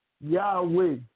Yahweh